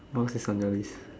what else is on the list